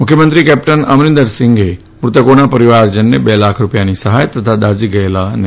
મુખ્યમંત્રી કેપ્ટન અમરિન્દરસિંહે મૃતકોના પરિવારજનને બે લાખ રૂપિયાની સહાય તથા દાઝી ગયેલા સૌને